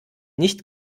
nicht